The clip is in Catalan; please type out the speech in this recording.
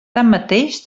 tanmateix